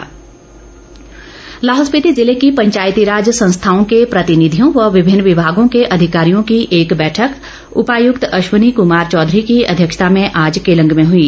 बैठक लाहौल स्पिति जिले की पंचायतीराज संस्थाओं के प्रतिनिधियों व विभिन्न विभागों के अधिकारियों की एक बैठक उपायुक्त अश्वनी कुमार चौधरी की अध्यक्षता में आज केलंग में हुई